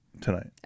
tonight